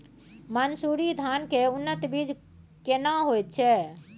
मन्सूरी धान के उन्नत बीज केना होयत छै?